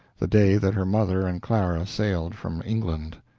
the day that her mother and clara sailed from england.